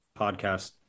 podcast